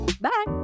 bye